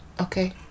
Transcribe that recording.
okay